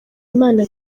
imana